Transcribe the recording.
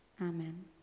Amen